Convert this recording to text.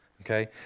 okay